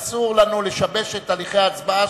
אסור לנו לשבש את הליכי ההצבעה,